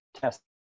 test